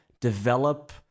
develop